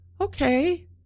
okay